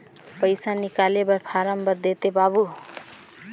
पइसा निकाले बर फारम भर देते बाबु?